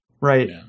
Right